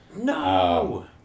No